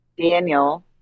Daniel